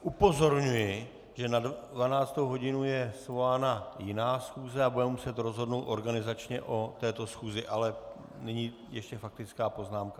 Upozorňuji, že na 12. hodinu je svolána jiná schůze a budeme muset rozhodnout organizačně o této schůzi, ale nyní ještě faktická poznámka.